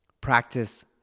Practice